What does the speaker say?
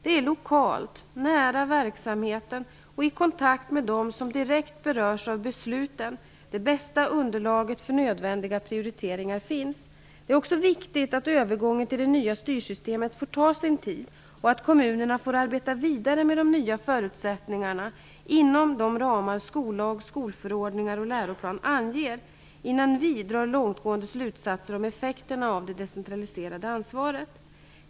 Det är lokalt, nära verksamheten och i kontakt med dem som direkt berörs av besluten det bästa underlaget för nödvändiga prioriteringar finns. Det är också viktigt att övergången till det nya styrsystemet får ta sin tid och att kommunerna får arbeta vidare med de nya förutsättningarna inom de ramar skollag, skolförordningar och läroplan anger innan vi drar långtgående slutsatser om effekterna av det decentraliserade ansvaret.